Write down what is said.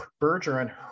Bergeron